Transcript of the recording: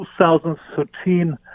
2013